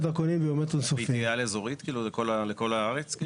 והיא תהיה על-אזורית, לכל הארץ?